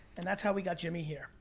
and that's how we got jimmy here.